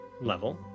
level